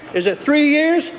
is it three years?